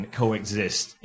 coexist